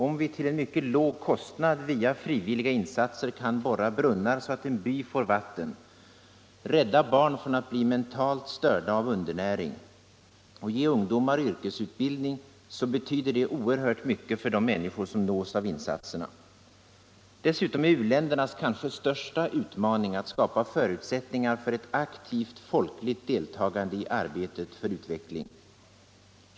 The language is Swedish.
Om vi till en mycket låg kostnad via frivilliga insatser kan borra brunnar så att en by får vatten, rädda barn från att bli mentalt störda av undernäring och ge ungdomar yrkesutbildning, betyder det oerhört mycket för de människor som nås av insatserna. Dessutom är u-ländernas kanske största utmaning att skapa förutsättningar för ett aktivt folkligt deltagande i arbetet på utveckling.